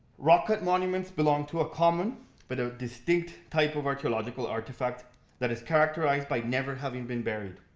rock cut monuments belong to a common but a distinct type of archaeological artifact that is characterized by never having been buried.